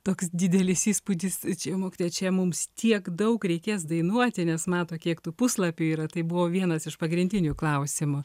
toks didelis įspūdis čia mokytoja čia mums tiek daug reikės dainuoti nes mato kiek tų puslapių yra tai buvo vienas iš pagrindinių klausimų